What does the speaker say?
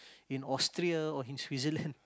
in Austria or in Switzerland